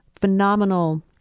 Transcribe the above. Phenomenal